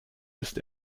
ist